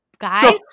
Guys